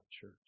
Church